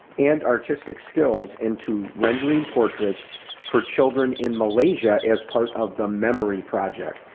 and artistic skills into rendering portraits for children in malaysia as part of the memory project.